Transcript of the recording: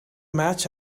match